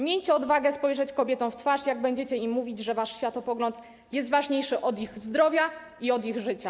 Miejcie odwagę spojrzeć kobietom w twarz, jak będziecie im mówić, że wasz światopogląd jest ważniejszy od ich zdrowia i od ich życia.